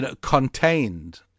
contained